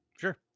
Sure